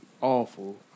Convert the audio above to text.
awful